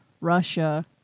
Russia